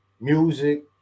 music